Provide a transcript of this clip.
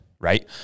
right